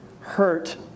hurt